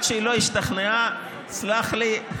עד שהיא לא השתכנעה, תסלח לי,